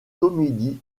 comédies